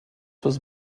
was